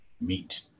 meet